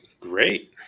Great